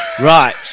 Right